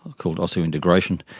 called osseointegration,